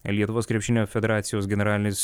lietuvos krepšinio federacijos generalinis